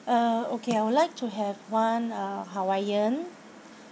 uh okay I would like to have one uh hawaiian